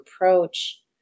approach